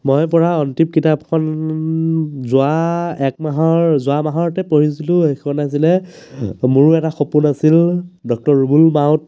মই পঢ়া অন্তিম কিতাপখন যোৱা এক মাহৰ যোৱা মাহতে পঢ়িছিলোঁ সেইখন আছিলে মোৰো এটা সপোন আছিল ডক্টৰ ৰুবুল মাউত